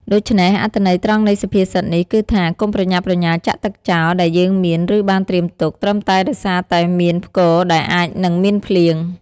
ដូច្នេះ អត្ថន័យត្រង់នៃសុភាសិតនេះគឺថា កុំប្រញាប់ប្រញាល់ចាក់ទឹកចោលដែលយើងមាន ឬបានត្រៀមទុក ត្រឹមតែដោយសារតែមានផ្គរដែលអាចនិងមានភ្លៀង ។